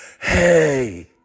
Hey